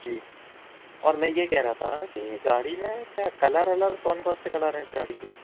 जी और मैं ये कह रहा था कि गाड़ी में क्या कलर ओलर कौन कौन से कलर हैं इस गाड़ी के